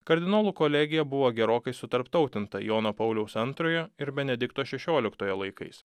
kardinolų kolegija buvo gerokai sutarptautinta jono pauliaus antrojo ir benedikto šešioliktojo laikais